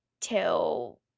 till